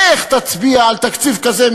איך תצביע על תקציב כזה,